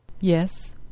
Yes